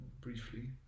briefly